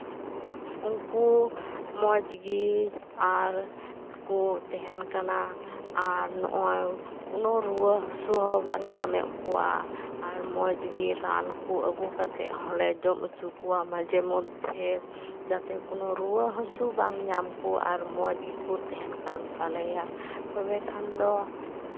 ᱩᱱᱠᱩ ᱢᱚᱡᱽ ᱜᱮ ᱟᱨ ᱠᱩ ᱛᱮᱦᱮᱱ ᱠᱟᱱᱟ ᱟᱨ ᱱᱚᱜᱼᱚᱸᱭ ᱠᱳᱱᱳ ᱨᱩᱣᱟᱹ ᱦᱟᱹᱥᱩ ᱦᱚᱸ ᱵᱟᱝ ᱧᱟᱢᱮᱫ ᱠᱚᱣᱟ ᱟᱨ ᱢᱚᱡᱽᱜᱮ ᱨᱟᱱ ᱠᱚ ᱟᱹᱜᱩ ᱠᱟᱛᱮ ᱦᱚᱸᱞᱮ ᱡᱚᱢ ᱦᱚᱪᱚ ᱠᱚᱣᱟ ᱢᱟᱡᱷᱮ ᱢᱚᱫᱽᱫᱷᱮ ᱡᱟᱛᱮ ᱠᱳᱱᱳ ᱨᱩᱣᱟᱹ ᱦᱟᱹᱥᱩ ᱵᱟᱝ ᱧᱟᱢ ᱠᱚ ᱟᱨ ᱢᱚᱡᱽ ᱜᱮᱠᱚ ᱛᱟᱦᱮᱱ ᱠᱟᱱ ᱛᱟᱞᱮᱭᱟ ᱛᱚᱵᱮᱠᱷᱟᱱ ᱫᱚ